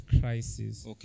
crisis